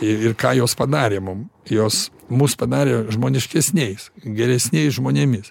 ir ir ką jos padarė mum jos mus padarė žmoniškesniais geresniais žmonėmis